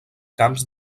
camps